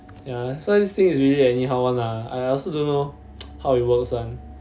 ya that's why this thing it's really anyhow one lah I also don't know how it works one